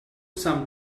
some